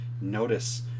notice